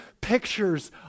pictures